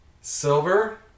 Silver